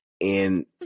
and-